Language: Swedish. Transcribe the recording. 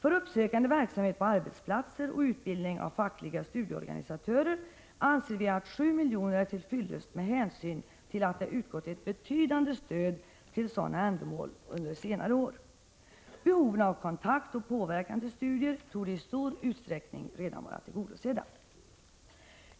För uppsökande verksamhet på arbetsplatser och utbildning av fackliga studieorganisatörer anser vi att 7 miljoner är till fyllest med hänsyn till att det 17 Prot. 1985/86:130 har utgått ett betydande stöd till sådana ändamål under senare år. Behoven av kontakt och påverkan till studier torde i stor utsträckning redan vara tillgodosedda.